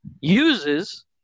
uses